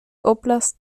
oblast